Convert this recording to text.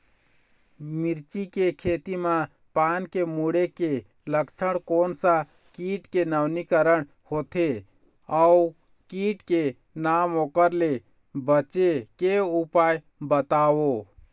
मिर्ची के खेती मा पान के मुड़े के लक्षण कोन सा कीट के नवीनीकरण होथे ओ कीट के नाम ओकर ले बचे के उपाय बताओ?